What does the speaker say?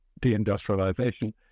deindustrialization